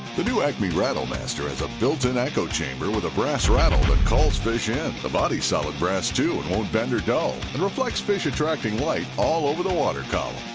the new acme rattlemaster has a built-in echo chamber with a brass rattle that calls fish in! the body's solid brass, too, and won't bend or dull! and reflects fish-attracting light all over the water column!